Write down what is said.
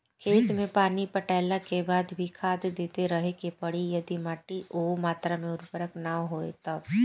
खेत मे पानी पटैला के बाद भी खाद देते रहे के पड़ी यदि माटी ओ मात्रा मे उर्वरक ना होई तब?